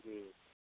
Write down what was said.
جی